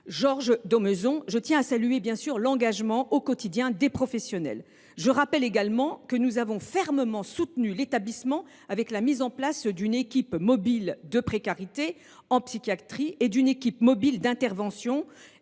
Georges Daumézon, je tiens à saluer l’engagement au quotidien des professionnels. Je rappelle que nous avons fermement soutenu l’établissement avec la mise en place d’une équipe mobile de précarité en psychiatrie et d’une équipe mobile d’intervention